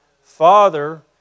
father